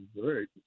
great